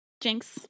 Jinx